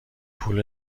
پول